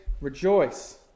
rejoice